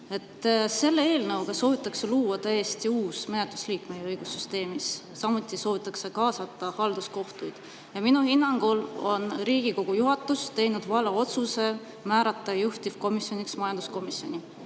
Selle eelnõuga soovitakse luua täiesti uus menetlusliik meie õigussüsteemis, samuti soovitakse kaasata halduskohtuid. Minu hinnangul on Riigikogu juhatus teinud vale otsuse, määrates juhtivkomisjoniks majanduskomisjoni.